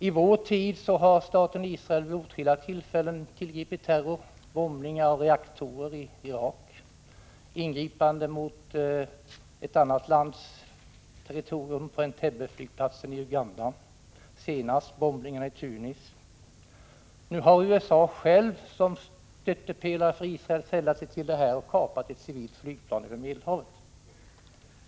I vår tid har staten Israel vid åtskilliga tillfällen tillgripit terror, t.ex. bombningar av reaktorer i Irak, ingripande mot ett annat lands territorium på Entebbeflygplatsen i Uganda och senast bombningarna i Tunis. Nu har USA, som stöttepelare för Israel, sällat sig till dem som tillgriper terrorhandlingar och kapat ett civilt flygplan över Medelhavet.